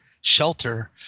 shelter